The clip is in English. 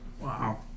Wow